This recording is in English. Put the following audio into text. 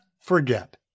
forget